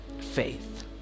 faith